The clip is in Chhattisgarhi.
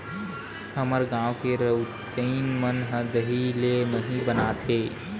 हमर गांव के रउतइन मन ह दही ले मही बनाथे